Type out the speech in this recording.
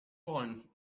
wollen